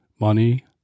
money